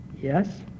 Yes